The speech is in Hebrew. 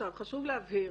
חשוב להבהיר,